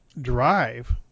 drive